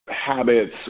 habits